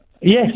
Yes